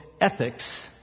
Ethics